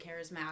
charismatic